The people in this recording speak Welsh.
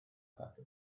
thatws